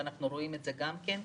ואנחנו רואים את זה גם כן.